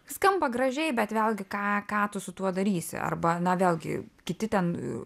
skamba gražiai bet vėlgi ką ką tu su tuo darysi arba na vėlgi kiti ten u